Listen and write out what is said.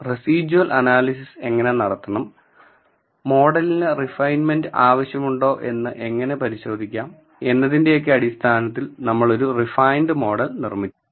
residual analysis എങ്ങനെ നടത്തണം മോഡലിന് റിഫൈൻമെൻറ് ആവശ്യമുണ്ടോ എന്ന് എങ്ങനെ പരിശോധിക്കാം എന്നതിന്റെയൊക്കെ അടിസ്ഥാനത്തിൽ നമ്മളൊരു റിഫൈൻഡ് മോഡൽ നിർമിച്ചു